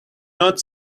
not